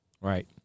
right